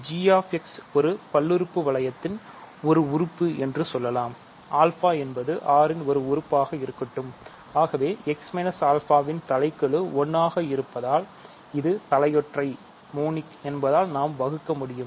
g என்பதால் நாம் வகுக்க முடியும்